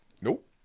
Nope